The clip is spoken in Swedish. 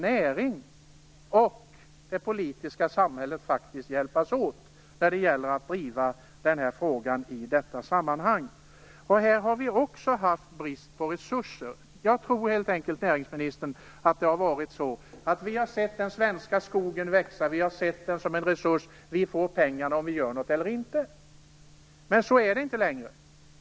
Näringen och det politiska samhället måste faktiskt hjälpas åt att driva den här frågan. Här har vi också haft brist på resurser. Jag tror helt enkelt, näringsministern, att när vi har sett den svenska skogen växa, har vi sett den som en resurs. Vi får pengarna vare sig vi gör något eller inte. Men så är det inte längre.